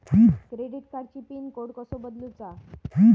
Credit कार्डची pin code कसो बदलुचा?